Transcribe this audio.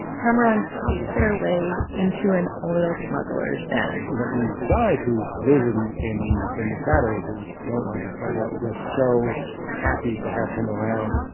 kamaran talked their way into an oil smuggler's den you know, these guys, who live in in the shadows, who don't want to be photographed, were so happy to have him around.